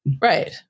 Right